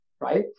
Right